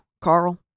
Carl